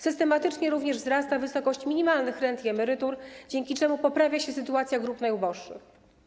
Systematycznie również wzrasta wysokość minimalnych rent i emerytur, dzięki czemu poprawia się sytuacja grup najuboższych.